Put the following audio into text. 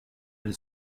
elle